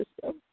system